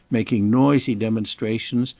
making noisy demonstrations,